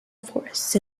forests